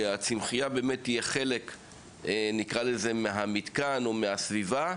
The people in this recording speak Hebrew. שהצמחייה תהיה חלק מהמתקן או מהסביבה,